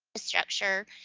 structure,